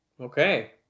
okay